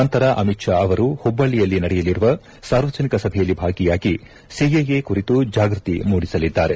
ನಂತರ ಅಮಿತ್ ಶಾ ಅವರು ಮಬ್ಲಳ್ಳಿಯಲ್ಲಿ ನಡೆಯಲಿರುವ ಸಾರ್ವಜನಿಕ ಸಭೆಯಲ್ಲಿ ಭಾಗಿಯಾಗಿ ಸಿಎಎ ಕುರಿತು ಜಾಗೃತಿ ಮೂಡಿಸಲಿದ್ದಾರೆ